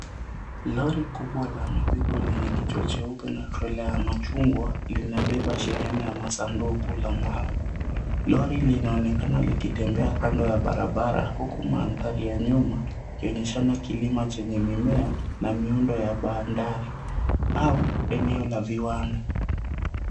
Lori kubwa la mizigo lenye kichwa cheupe na trela ya machungwa, limebeba shehena ya masanduku la mbao. Lori linaonekana likitembea kando ya barabara, huku manthari ya nyuma yenye shena kilima chenye mimea na miundo wa bandari au eneo la viwanda.